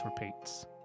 repeats